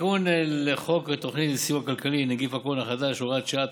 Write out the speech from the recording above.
בתיקון לחוק התוכנית לסיוע כלכלי (נגיף הקורונה החדש) (הוראת שעה),